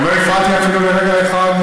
אני לא הפרעתי אפילו לרגע אחד,